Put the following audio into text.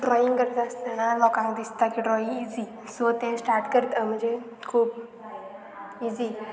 drawing करता आसतना लोकांक दिसता की ड्रॉईंग इजी सो तें स्टार्ट करता म्हणजे खूब इजी